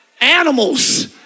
Animals